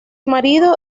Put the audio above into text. marido